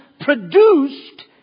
produced